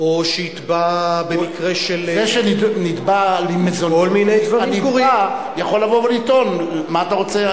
זה שנתבע למזונות יכול לבוא ולטעון: מה אתה רוצה,